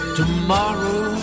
tomorrow